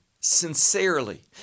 sincerely